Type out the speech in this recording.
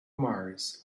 mars